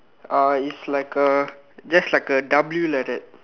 uh is like a just like a W like that